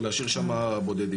או להשאיר שם בודדים.